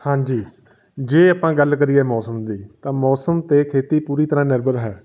ਹਾਂਜੀ ਜੇ ਆਪਾਂ ਗੱਲ ਕਰੀਏ ਮੌਸਮ ਦੀ ਤਾਂ ਮੌਸਮ 'ਤੇ ਖੇਤੀ ਪੂਰੀ ਤਰ੍ਹਾਂ ਨਿਰਭਰ ਹੈ